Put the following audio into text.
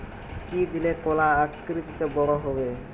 কি দিলে কলা আকৃতিতে বড় হবে?